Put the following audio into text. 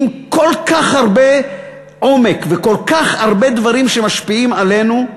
עם כל כך הרבה עומק וכל כך הרבה דברים שמשפיעים עלינו,